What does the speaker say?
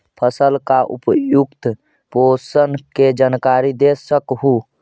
फसल ला उपयुक्त पोषण के जानकारी दे सक हु?